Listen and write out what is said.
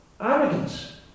arrogance